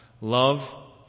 Love